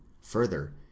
Further